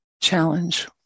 challenge